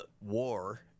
war